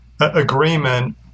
agreement